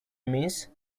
means